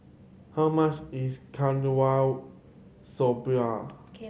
how much is Okinawa Soba